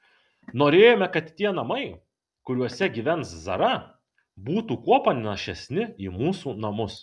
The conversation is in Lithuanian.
norėjome kad tie namai kuriuose gyvens zara būtų kuo panašesni į mūsų namus